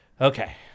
Okay